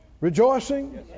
rejoicing